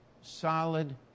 solid